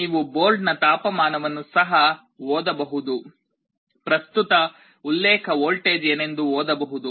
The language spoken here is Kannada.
ನೀವು ಬೋರ್ಡ್ನ ತಾಪಮಾನವನ್ನು ಸಹ ಓದಬಹುದು ಪ್ರಸ್ತುತ ಉಲ್ಲೇಖ ವೋಲ್ಟೇಜ್ ಏನೆಂದು ಓದಬಹುದು